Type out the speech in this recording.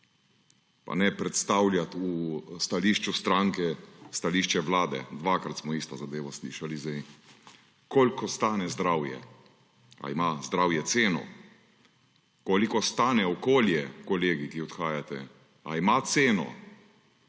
pa ne predstavljati v stališču stranke stališče Vlade – dvakrat smo isto zadevo slišali zdaj – koliko stane zdravje? A ima zdravje ceno? Koliko stane okolje, kolegi, ki odhajate? A ima ceno?